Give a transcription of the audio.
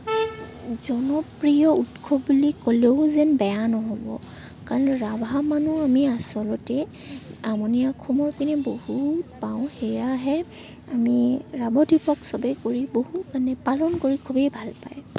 জনপ্ৰিয় উৎসৱ বুলি ক'লেও যেন বেয়া নহ'ব কাৰণ ৰাভা মানুহ আমি আচলতে নামনি অসমৰ পিনে বহুত পাওঁ সেয়াহে আমি ৰাভা দিৱস সবেই কৰি বহুত মানে পালন কৰি খুবেই ভাল পায়